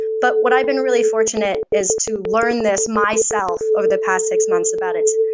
but what i've been really fortunate is to learn this myself over the past six months about it,